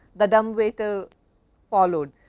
the dumb waiter followed.